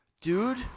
dude